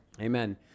Amen